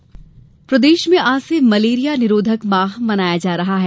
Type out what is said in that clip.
malaria निरोधक प्रदेश में आज से मलेरिया निरोधक माह मनाया जा रहा है